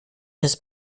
has